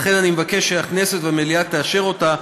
לכן אני מבקש שהכנסת והמליאה תאשר אותה,